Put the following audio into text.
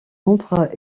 ombres